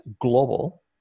global